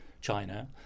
China